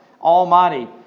Almighty